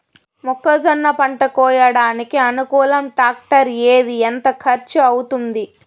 మొక్కజొన్న పంట కోయడానికి అనుకూలం టాక్టర్ ఏది? ఎంత ఖర్చు అవుతుంది?